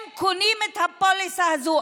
הם קונים את הפוליסה הזאת.